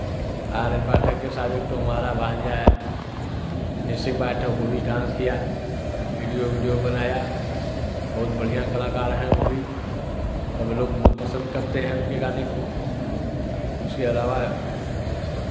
आर्य पाठक के साथ एक ठो हमारा भांजा है नेसी पाठक वो भी डांस किया वीडियो वीडियो बनाया बहुत बढ़ियाँ कलाकार हैं वो भी सब लोग बहुत पसंद करते हैं उनके गाने को उसके अलावा